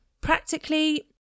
Practically